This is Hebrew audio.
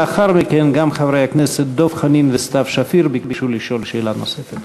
לאחר מכן גם חברי הכנסת דב חנין וסתיו שפיר ביקשו לשאול שאלה נוספת.